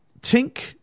Tink